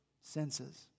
senses